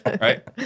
Right